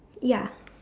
ya